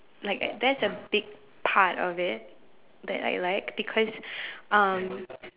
like that's a big part of it that I like because um